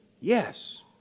Yes